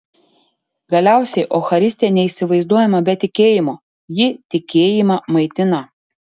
galiausiai eucharistija neįsivaizduojama be tikėjimo ji tikėjimą maitina